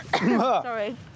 Sorry